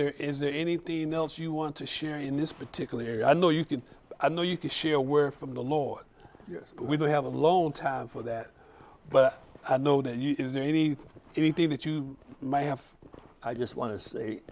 there is there anything else you want to share in this particular area i know you can i know you can share we're from the lord yes we do have alone time for that but i know that is there any anything that you might have i just want to say